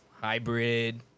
Hybrid